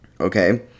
okay